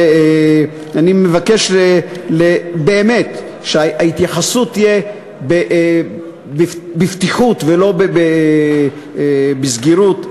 ואני מבקש באמת שההתייחסות תהיה בפתיחות ולא בסגירות.